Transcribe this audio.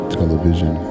television